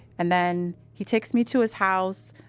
and then he takes me to his house.